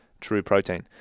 TrueProtein